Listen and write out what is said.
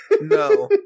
No